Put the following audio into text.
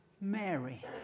Mary